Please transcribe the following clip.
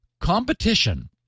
Competition